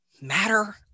matter